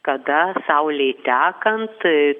kada saulei tekant